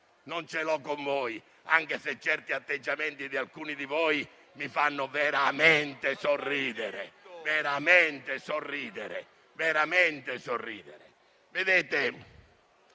non ce l'ho con voi, anche se certi atteggiamenti di alcuni di voi mi fanno veramente sorridere, e ripeto veramente sorridere. Non